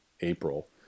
April